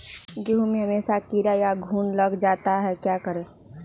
गेंहू में हमेसा कीड़ा या घुन लग जाता है क्या करें?